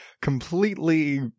completely